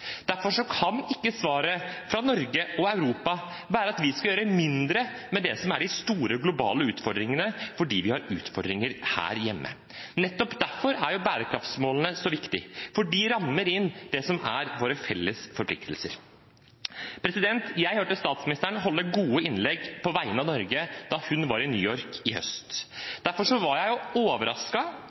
Derfor kan ikke svaret fra Norge og Europa være at vi skal gjøre mindre med det som er de store globale utfordringene fordi vi har utfordringer her hjemme. Nettopp derfor er bærekraftsmålene så viktige – de rammer inn det som er våre felles forpliktelser. Jeg hørte statsministeren holde gode innlegg på vegne av Norge da hun var i New York i høst. Derfor var jeg